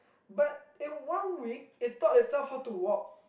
but in one week it taught itself how to walk